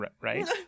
right